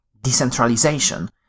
decentralization